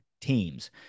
teams